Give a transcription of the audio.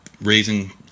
raising